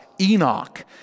Enoch